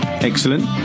Excellent